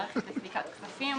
מערכת לסליקת כספים